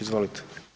Izvolite.